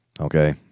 Okay